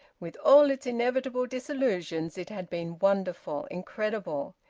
with all its inevitable disillusions it had been wonderful, incredible.